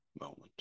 moment